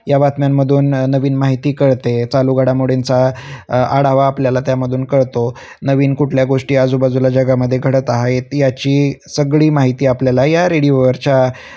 या बातम्यांमधून नवीन माहिती कळते चालू घडामोडींचा आढावा आपल्याला त्यामधून कळतो नवीन कुठल्या गोष्टी आजूबाजूला जगामध्ये घडत आहेत याची सगळी माहिती आपल्याला या रेडिओवरच्या